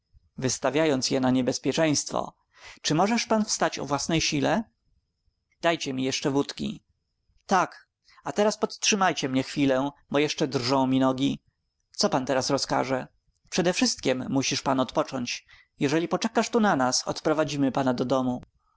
życie wystawiając je na niebezpieczeństwo czy możesz pan wstać o własnej sile dajcie mi jeszcze wódki tak a teraz podtrzymajcie mnie chwilkę bo jeszcze drżą mi nogi co pan teraz rozkaże przedewszystkiem musisz pan odpocząć jeżeli poczekasz tu na nas odprowadzimy pana do domu